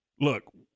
look